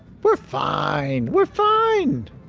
we're fine. we're fine!